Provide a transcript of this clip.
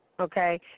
okay